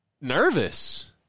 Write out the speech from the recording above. Nervous